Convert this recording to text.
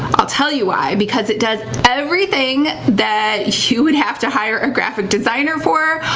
i'll tell you why. because it does everything that you would have to hire a graphic designer for,